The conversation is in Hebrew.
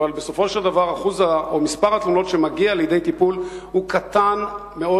ובסופו של דבר מספר התלונות שמגיעות לידי טיפול הוא קטן מאוד,